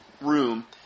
room